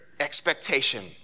Expectation